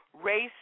race